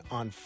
on